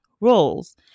roles